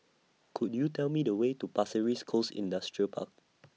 Could YOU Tell Me The Way to Pasir Ris Coast Industrial Park